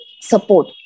support